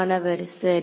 மாணவர் சரி